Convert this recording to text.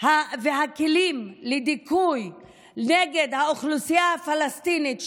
והכלים לדיכוי נגד האוכלוסייה הפלסטינית,